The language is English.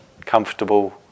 comfortable